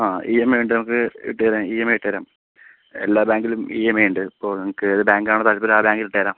ആ E M I ഉണ്ട് നമുക്ക് ഇട്ടു തരാം ഇ എം ഐ ഇട്ടുതരാം എല്ലാ ബേങ്കിലും ഇ എം ഐ ഉണ്ട് ഇപ്പോൾ നിങ്ങൾക്കേത് ബേങ്കാണ് താത്പര്യം ആ ബേങ്കിലിട്ടു തരാം